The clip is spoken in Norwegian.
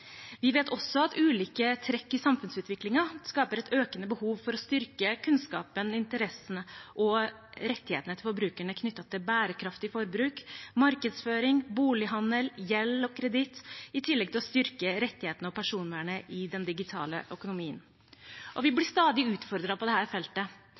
Vi vet også at ulike trekk ved samfunnsutviklingen skaper et økende behov for å styrke kunnskapen, interessene og rettighetene til forbrukerne knyttet til bærekraftig forbruk, markedsføring, bolighandel, gjeld og kreditt, i tillegg til å styrke rettighetene og personvernet i den digitale økonomien. Vi blir stadig utfordret på dette feltet,